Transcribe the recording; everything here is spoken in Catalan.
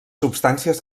substàncies